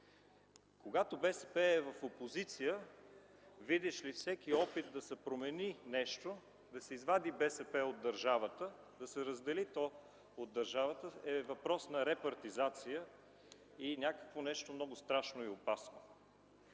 Когато БСП е в опозиция, видиш ли, всеки опит да се промени нещо, да се извади БСП от държавата, да се раздели то от държавата, е въпрос на репартизация и нещо много страшно и опасно.